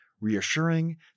reassuring